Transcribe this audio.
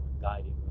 guiding